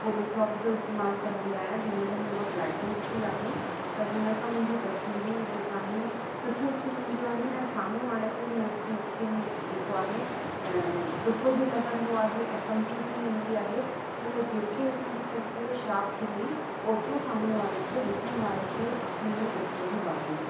Photoshop जो इस्तेमालु कंदी आहियां हिन जो मूं वटि लाइसेंस बि आहे त हुन सां मुंहिंजी तस्वीरूं जेका आहिनि सुठियूं थी वेंदियूं आहिनि ऐं साम्हूं वारे खे हुन खे में जेको आहे सुठो बि लॻंदो आहे ऐं सम्झ बि ईंदी आहे छो लाइ जेतरी असांजी तस्वीरु शार्प थींदी ओतिरो साम्हूं वारे खे ॾिसण वारे खे अखियुनि में ओतिरो ई भाईंदो